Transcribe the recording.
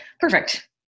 perfect